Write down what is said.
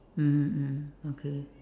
mmhmm mmhmm okay